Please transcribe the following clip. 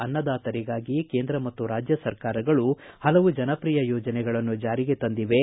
ಅನ್ನದಾತರಿಗಾಗಿ ಕೇಂದ್ರ ಮತ್ತು ರಾಜ್ಯ ಸರ್ಕಾರಗಳು ಹಲವು ಜನಪ್ರಿಯ ಯೋಜನೆಗಳನ್ನು ಜಾರಿಗೆ ತಂದಿವೆ